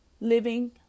Living